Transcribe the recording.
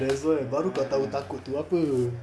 that's why balu tahu tako tu ape